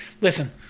listen